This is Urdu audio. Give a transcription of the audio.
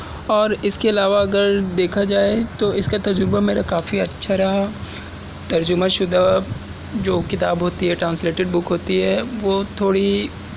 اور اس کے علاوہ اگر دیکھا جائے تو اس کا تجربہ میرا کافی اچھا رہا ترجمہ شدہ جو کتاب ہوتی ہے ٹرانسلیٹڈ بک ہوتی ہے وہ تھوڑی